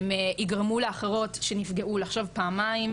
הן יגרמו לאחרות שנפגעו לחשוב פעמיים,